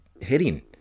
hitting